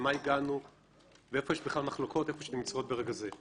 למה הגענו ואיפה יש בכלל מחלוקות ברגע זה.